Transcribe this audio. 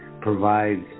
provides